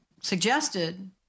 suggested